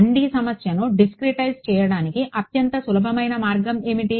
1D సమస్యను discretise చేయడానికి అత్యంత సులభమైన మార్గం ఏమిటి